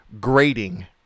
grading